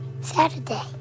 Saturday